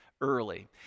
early